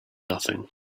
nothing